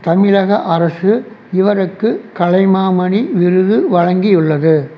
தமிழக அரசு இவருக்கு கலைமாமணி விருது வழங்கியுள்ளது